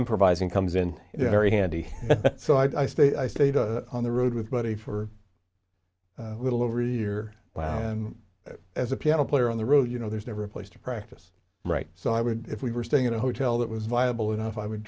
improvising comes in very handy so i stay i stayed on the road with buddy for little over a year and as a piano player on the road you know there's never a place to practice right so i would if we were staying in a hotel that was viable enough i would